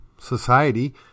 society